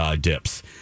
dips